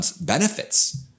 benefits